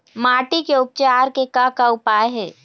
माटी के उपचार के का का उपाय हे?